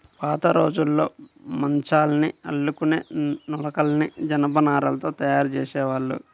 పాతరోజుల్లో మంచాల్ని అల్లుకునే నులకని జనపనారతో తయ్యారు జేసేవాళ్ళు